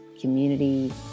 community